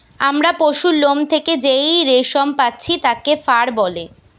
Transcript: আমরা পশুর লোম থেকে যেই রেশম পাচ্ছি তাকে ফার বলে